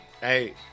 Hey